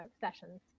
sessions